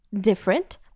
different